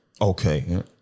Okay